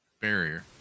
barrier